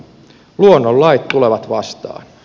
luonnonlait tulevat vastaan